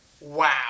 wow